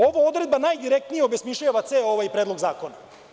Ova odredba najdirektnije obesmišljava ceo ovaj Predlog zakona.